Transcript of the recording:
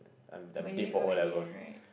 I'm I'm dead for O-levels